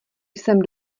jsem